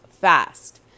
fast